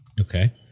Okay